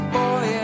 boy